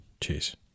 Cheers